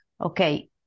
okay